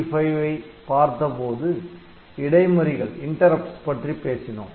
8085 ஐ பார்த்தபோது இடைமறிகள் பற்றி பேசினோம்